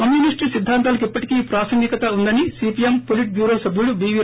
communist సిద్దాంతాలకు ఇప్పటికీ ప్రాసంగికత ఉందని సీపీఎం పొలిట్బ్యూరో సభ్యుడు బీవీ